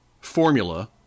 formula